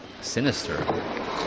sinister